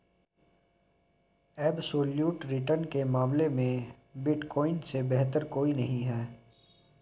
absolute return के मामले में बिटकॉइन से बेहतर कोई नहीं है